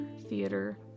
theater